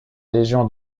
légion